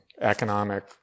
economic